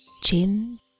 chin